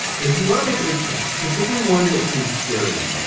if you want to make a big change, particularly one that seems scary,